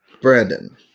Brandon